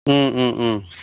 ও ও ও